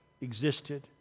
existed